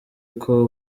uko